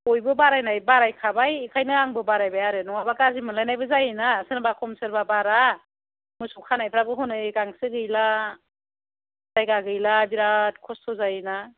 बयबो बारायनाय बारायखाबाय बेखायनो आंबो बारायबाय आरो नङाबा गाज्रि मोनलायनायबो जायो ना सोरबा खम सोरबा बारा मोसौ खानायफ्राबो हनै गांसो गैला जायगा गैला बिराद खस्थ' जायो ना